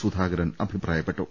സുധാകരൻ അഭിപ്രായപ്പെട്ടു